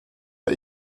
der